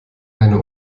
eine